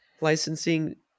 licensing